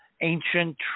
ancient